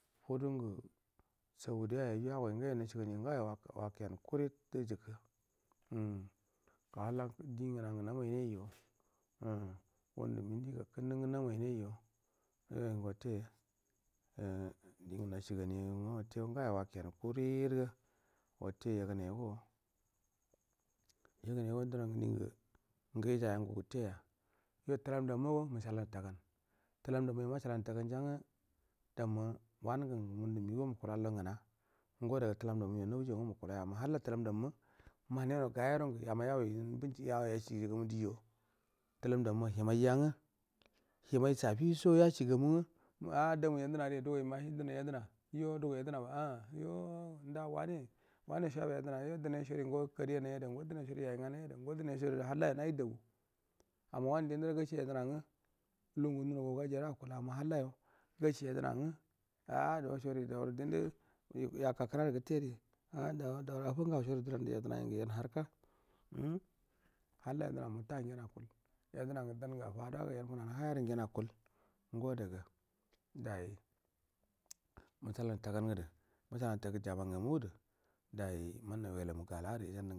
Fudun gu saudiai ra agoi nngayo natsai gani ga nga sho wakeno kurid dusiku umm ngun du min ti gakkunnu ngu namai naijo yoingu watte umm din ga nashi gani an ga gu watte nga yow a ve nu kurid ga din ga nga ikaiya ngu gutte yay a tulamda ma go ishalai ta gan tulam damma masha lai nau ta gan ja nga damma wanun gu ngu ndu migau wa mukulai lu nguna nguwa da ga tula m ndam na wu jau ngu mukulo ya amma halla tulam ndam mahanai nau gai yoro nga yama yau yen bin yau ishiji ga tulam ndam ma yaha mai jan ngeyiha mai shafi so ngu yoshi ga mungu aa da mu yednari du goi maihi dunai yedna du goi yedna ba a yooo nda wanei? Wane so ya ba yedna yoo dune sori ngo kari anai ada ngo dune sori yai ngai ada ngo dune sari halla yon a je da bu amma wanu dinndu ora goshe yedna nga lugangu nu no gagu gai ja do akul amma halla yo ggashe yedna nga ado seri dau ra dindu yaka kra ra gutteri a do doru affagau sori duro ndu yedna ngel yen harka umm halla ye na muta ngen akul yedna ngu dan gu fa dau wa ga yen funanu hayadu ngen akull ango daga dai musa lai nai nau ta gan du m salai nau ta gu ja ma ngu madu dai man nau wela mu ga du dai ijandu ngula.